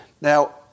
Now